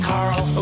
Carl